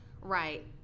Right